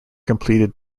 completed